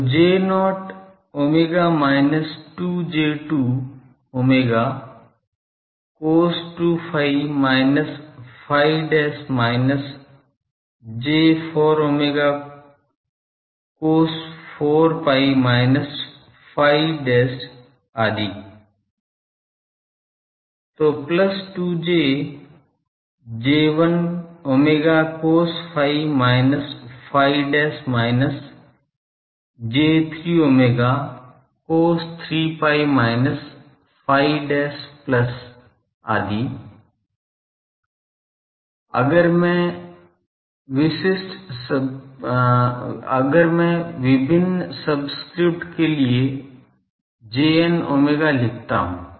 तो J0 omega minus 2J2 omega cos 2 phi minus phi dash minus J4 omega cos 4 phi minus phi dashed आदि तो plus 2j J1 omega cos phi minus phi dash minus J3 omega cos 3 phi minus phi dash plus आदि अगर मैं विभिन्न subscript के लिए Jn omega लिखता हूं